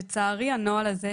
לצערי הנוהל הזה,